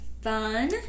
fun